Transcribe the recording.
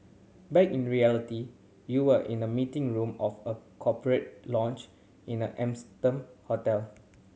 back in reality you are in the meeting room of a corporate lounge in an hotel